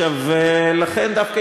לכן דווקא,